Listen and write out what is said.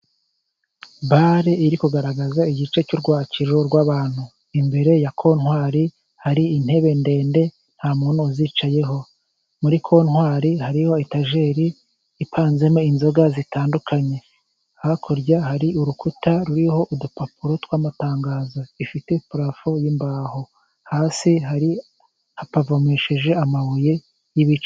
Bare iri kugaragaza igice cy'urwakiriro rw'abantu, imbere ya kontwari hari intebe ndende, nta muntu uzicayeho muri kontwari hariho etajeri ipanzemo inzoga zitandukanye ,hakurya hari urukuta ruriho udupapuro tw'amatangazo ,ifite parafo y'imbaho ,hapavomesheje amabuye y'ibice.